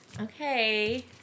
Okay